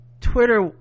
Twitter